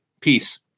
Peace